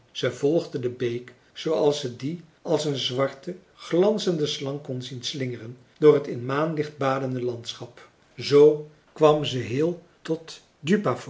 ze volgde de beek zooals ze die als een zwarte glanzende slang kon zien slingeren door het in t maanlicht badende landschap zoo kwam ze heel tot